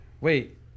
Wait